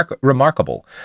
remarkable